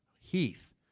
Heath